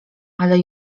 ale